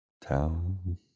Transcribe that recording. town